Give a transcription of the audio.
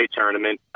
tournament